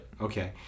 Okay